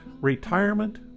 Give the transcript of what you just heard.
Retirement